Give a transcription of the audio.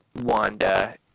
Wanda